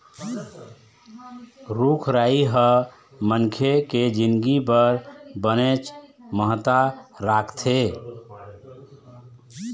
रूख राई ह मनखे के जिनगी बर बनेच महत्ता राखथे